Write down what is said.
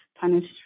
punished